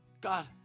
God